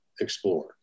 explore